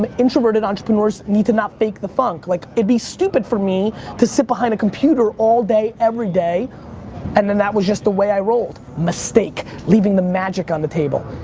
um introverted entrepreneurs need to not fake the funk. like, it'd be stupid for me to sit behind a computer all day, every day and then that was just the way i rolled. mistake, leaving the magic on the table.